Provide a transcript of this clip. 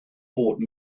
brought